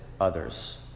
others